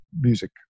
music